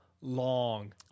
long